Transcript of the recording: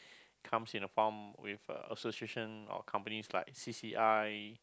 comes in a form with a association or companies like C C I